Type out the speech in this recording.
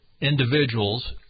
individuals